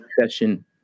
session